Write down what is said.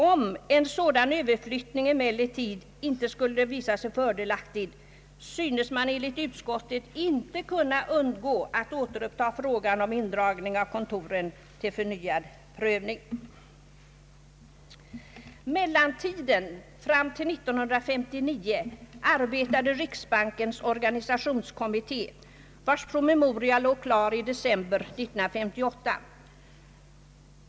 Om en sådan överflyttning emellertid icke skulle visa sig fördelaktig, synes man enligt utskottet icke kunna undgå att återupptaga frågan om indragning av kontoren till förnyad prövning.» Under mellantiden fram till 1959 arbetade riksbankens organisationskommitté, vars promemoria låg klar i december 1958.